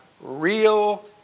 real